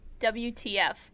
WTF